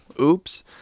oops